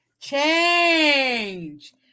Change